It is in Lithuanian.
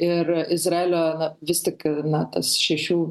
ir izraelio vis tik na tas šešių